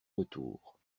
retour